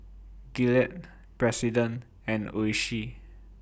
Gillette President and Oishi